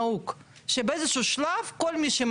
אני זוכרת ששלמה מור יוסף בא אלי ללשכה בשאלה מה עושים,